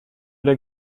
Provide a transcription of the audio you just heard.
lac